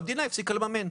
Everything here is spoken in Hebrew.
והמדינה הפסיקה לממן.